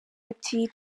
ati